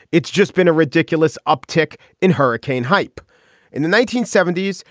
it's just been a ridiculous uptick in hurricane hype in the nineteen seventy s.